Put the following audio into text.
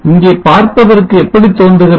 இங்கே பார்ப்பதற்கு எப்படி தோன்றுகிறது